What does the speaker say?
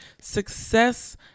success